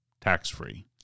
tax-free